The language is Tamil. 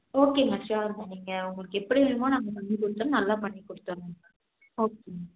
ஓகேங்க ஷியோர்ங்க நீங்கள் உங்களுக்கு எப்படி வேணுமோ நாங்கள் பண்ணி கொடுத்துறோம் நல்லா பண்ணிக்கொடுத்துட்றோம் ஓகேங்க